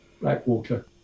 Blackwater